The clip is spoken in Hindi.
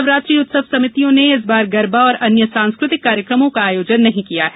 नवरात्रि उत्सव सभितियों ने इस बार गरबा और अन्य सांस्कृतिक कार्यकमों का आयोजन नहीं किया है